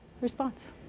response